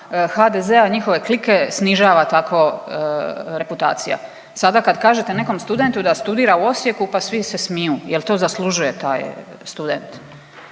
HDZ-a i njihove klike snižava tako reputacija. Sada kad kažete nekom studentu da studira u Osijeku pa svi se smiju. Jel to zaslužuje taj student?